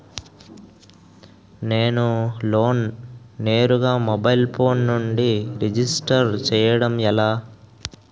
నేను లోన్ నేరుగా mobile phone నుంచి రిజిస్టర్ చేయండి ఎలా?